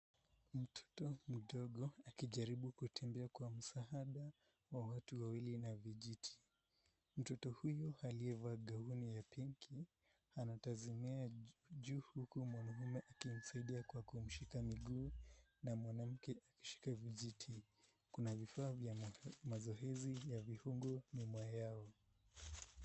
Mtoto mdogo akijaribu kutembea kwa msaada wa watu wawili na vijiti. Mtoto huyo aliyevalia gauni ya pinki anatazamia juu huku mwanaume akimsaidia kwa kumshika miguu na mwanamke akishika vijiti. Kuna vifaa vya mazoezi ya vifungo nyuma yao.